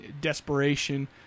desperation